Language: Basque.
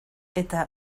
eta